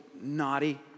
naughty